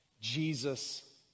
Jesus